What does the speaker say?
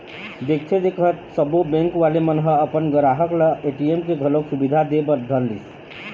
देखथे देखत सब्बो बेंक वाले मन ह अपन गराहक ल ए.टी.एम के घलोक सुबिधा दे बर धरलिस